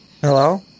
Hello